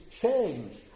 change